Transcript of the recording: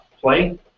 play